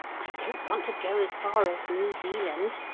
i don't want to go as far as new zealand,